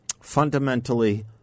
Fundamentally